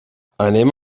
anem